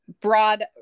Broad